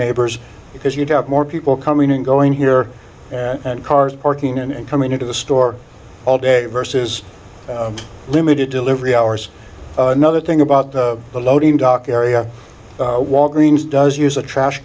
neighbors because you'd have more people coming and going here and cars parking and coming into the store all day versus limited delivery hours another thing about the loading dock area walgreens does use a trash